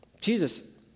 Jesus